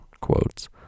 Quotes